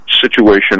situation